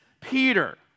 Peter